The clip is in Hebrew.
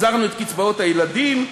החזרנו את קצבאות הילדים.